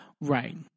Right